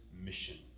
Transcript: mission